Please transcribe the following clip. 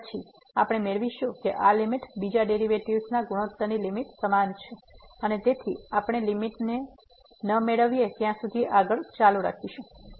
અને પછી આપણે મેળવીશું કે આ લીમીટ બીજા ડેરિવેટિવ્ઝ ના ગુણોત્તરની લીમીટ સમાન છે અને તેથી આપણે લીમીટ ન મેળવીએ ત્યાં સુધી આગળ ચાલુ રાખી શકીશું